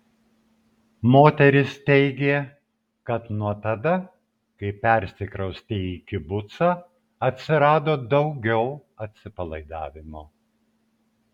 moteris teigė kad nuo tada kai persikraustė į kibucą atsirado daugiau atsipalaidavimo